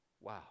Wow